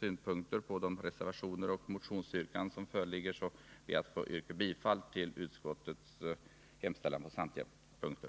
synpunkter på de reservationer och de motionsyrkanden som föreligger ber jag att få yrka bifall till utskottets hemställan på samtliga punkter.